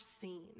seen